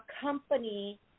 company